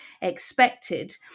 expected